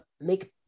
make